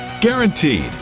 Guaranteed